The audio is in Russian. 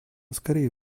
скорее